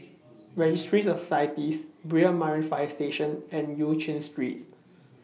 Registry of Societies Brani Marine Fire Station and EU Chin Street